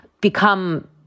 become